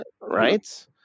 Right